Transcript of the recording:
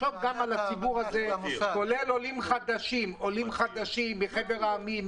כולל עולים חדשים,